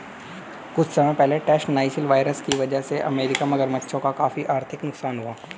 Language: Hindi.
कुछ समय पहले वेस्ट नाइल वायरस की वजह से अमेरिकी मगरमच्छों का काफी आर्थिक नुकसान हुआ